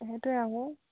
সেইটোৱে আকৌ